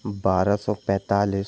बारह सौ पैतालीस